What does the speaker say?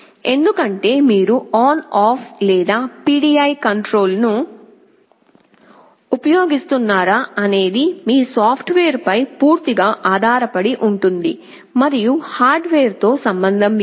ఎందుకంటే మీరు on off లేదా PDI కంట్రోల్ ను ఉపయోగిస్తున్నారా అనేది మీ సాఫ్ట్వేర్ పై పూర్తిగా ఆధారపడి ఉంటుంది మరియు హార్డ్వేర్ తో సంబంధం లేదు